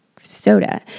soda